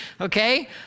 okay